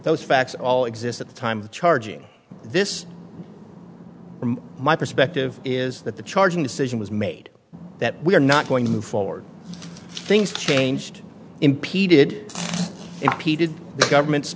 those facts all exist at the time the charging this from my perspective is that the charging decision was made that we are not going to move forward things changed impeded impeded the government's